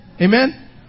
Amen